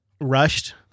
rushed